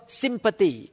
sympathy